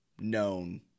known